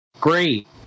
great